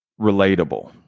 relatable